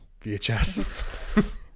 VHS